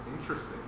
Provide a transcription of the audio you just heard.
interesting